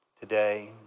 today